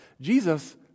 Jesus